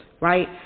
right